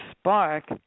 spark